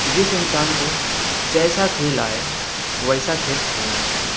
جس انسان کو جیسا کھیل آئے ویسا کھیل کھیلنا چاہیے